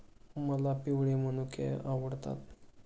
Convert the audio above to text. मला पिवळे मनुके आवडतात